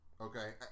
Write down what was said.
okay